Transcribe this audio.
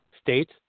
state